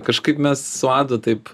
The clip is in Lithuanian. kažkaip mes su adu taip